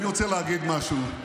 אני רוצה להגיד משהו: